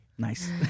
Nice